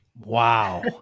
Wow